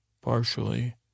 Partially